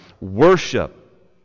worship